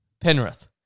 Penrith